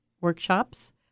workshops